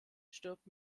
stirbt